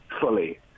fully